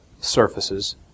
surfaces